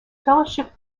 fellowship